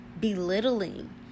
belittling